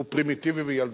הוא פרימיטיבי וילדותי,